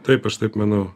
taip aš taip manau